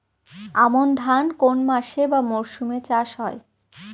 আমন ধান কোন মাসে বা মরশুমে চাষ হয়?